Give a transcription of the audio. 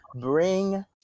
bring